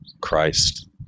Christ